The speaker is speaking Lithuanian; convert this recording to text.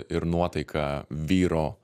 ir nuotaiką vyro